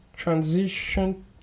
transition